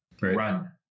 run